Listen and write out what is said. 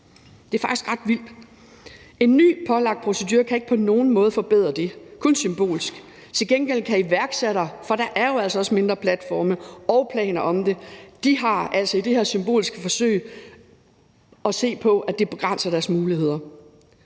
Det er faktisk ret vildt, og en ny pålagt procedure kan ikke på nogen måde forbedre det, kun symbolsk. Til gengæld kan iværksættere sidde og se på – for der er jo altså også mindre platforme, som har planer – at det her symbolske forsøg begrænser deres muligheder.